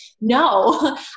no